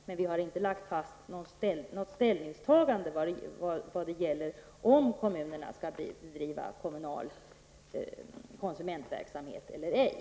Men vi har inte tagit ställning till om kommunerna skall bedriva kommunal konsumentverksamhet eller ej.